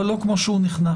אבל לא כמו שהוא נכנס.